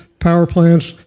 power plants,